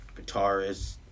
guitarist